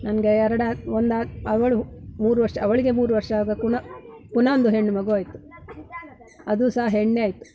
ನನಗೆ ಎರಡ ಒಂದು ಅವಳು ಮೂರು ವರ್ಷ ಅವಳಿಗೆ ಮೂರು ವರ್ಷ ಆಗ್ವಾಗ ಪುನಃ ಪುನಃ ಒಂದು ಹೆಣ್ಣು ಮಗು ಆಯಿತು ಅದು ಸಹ ಹೆಣ್ಣೇ ಆಯಿತು